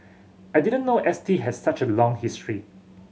I didn't know S T had such a long history